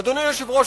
אדוני היושב-ראש,